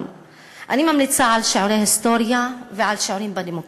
אני ממליצה על שיעורי היסטוריה ועל שיעורים בדמוקרטיה.